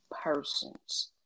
persons